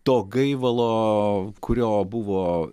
to gaivalo kurio buvo